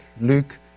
Luke